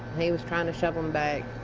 he was trying to shove them back.